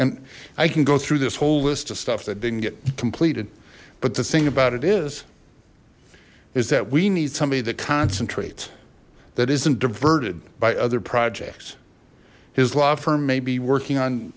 and i can go through this whole list of stuff that didn't get completed but the thing about it is is that we need somebody that concentrates that isn't diverted by other projects his law firm may be working on